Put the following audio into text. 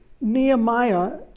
Nehemiah